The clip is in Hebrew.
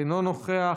אינו נוכח,